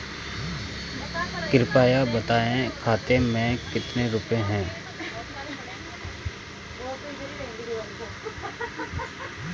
कृपया बताएं खाते में कितने रुपए हैं?